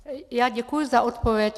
Já děkuji za odpověď.